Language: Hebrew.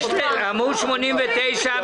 עמוד 89,